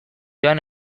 joan